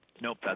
Nope